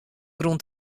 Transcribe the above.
grûn